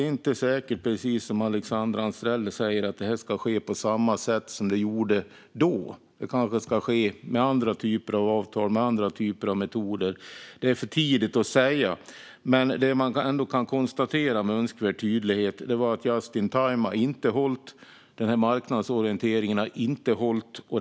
Precis som Alexandra Anstrell säger är det inte säkert att det ska ske på samma sätt som det gjorde då. Det kanske ska ske med andra typer av avtal och andra typer av metoder. Det är för tidigt att säga. Men det man ändå kan konstatera med önskvärd tydlighet är att just in time, den här marknadsorienteringen, inte har hållit.